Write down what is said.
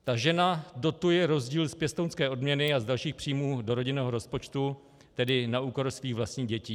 Ta žena dotuje rozdíl z pěstounské odměny a z dalších příjmů do rodinného rozpočtu, tedy na úkor svých vlastních dětí.